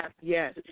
Yes